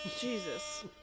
Jesus